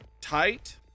tight